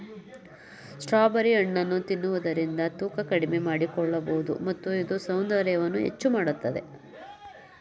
strawberry ಹಣ್ಣನ್ನು ತಿನ್ನುವುದರಿಂದ ತೂಕ ಕಡಿಮೆ ಮಾಡಿಕೊಳ್ಳಬೋದು ಮತ್ತು ಇದು ಸೌಂದರ್ಯವನ್ನು ಹೆಚ್ಚು ಮಾಡತ್ತದೆ